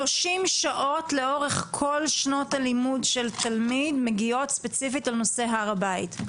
30 שעות לאורך כל שנות הלימוד של תלמיד מגיעות ספציפית לנושא הר הבית.